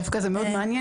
דווקא זה מאוד מעניין,